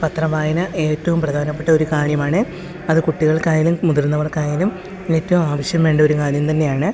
പത്രം വായന ഏറ്റവും പ്രധാനപ്പെട്ട ഒരു കാര്യമാണ് അത് കുട്ടികൾക്കായാലും മുതിർന്നവർക്കായാലും ഏറ്റവും ആവശ്യം വേണ്ട ഒരു കാര്യം തന്നെയാണ്